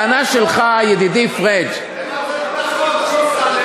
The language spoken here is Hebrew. לטענה שלך, ידידי פריג' אתה מעביר את החוק, ניסן.